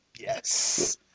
Yes